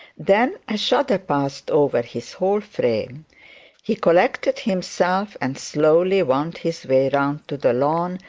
then a shudder passed over his whole frame he collected himself, and slowly wound his way round to the lawn,